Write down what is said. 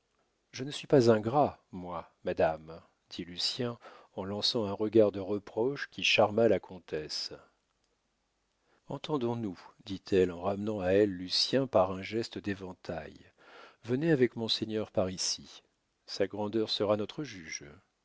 je ne suis pas ingrat moi madame dit lucien en lançant un regard de reproche qui charma la comtesse entendons-nous dit-elle en ramenant à elle lucien par un geste d'éventail venez avec monseigneur par ici sa grandeur sera notre juge